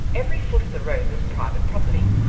every foot of the road was private property,